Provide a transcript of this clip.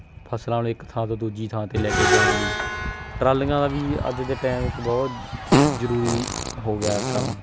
ਫਸਲਾਂ ਨੂੰ ਇੱਕ ਥਾਂ ਤੋਂ ਦੂਜੀ ਥਾਂ 'ਤੇ ਲੈ ਕੇ ਜਾਣ ਲਈ ਟਰਾਲੀਆਂ ਦਾ ਵੀ ਅੱਜ ਦੇ ਟਾਈਮ ਵਿੱਚ ਬਹੁਤ ਜ਼ਰੂਰੀ ਹੋ ਗਿਆ ਕੰਮ